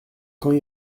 quand